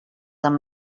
amb